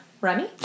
Remy